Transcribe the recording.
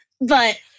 but-